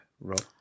Rob